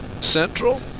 Central